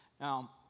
Now